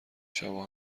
شبا